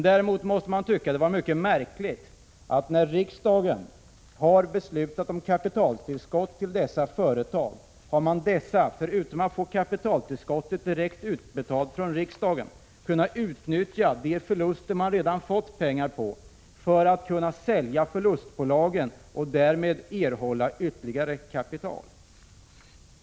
Däremot måste man tycka att det var mycket märkligt att dessa företag, sedan de efter riksdagsbeslut fått kapitaltillskott direkt utbetalda, kunnat utnyttja de förluster, som de redan fått täckta genom riksdagsbeslutet, för att kunna sälja förlustbolagen och därmed erhålla ytterligare kapital.